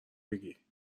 بگی